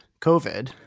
COVID